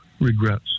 regrets